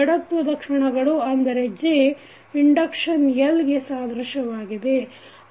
ಜಡತ್ವದ ಕ್ಷಣಗಳು ಅಂದರೆ J inductance L ಗೆ ಸಾದೃಶ್ಯವಾಗಿವೆ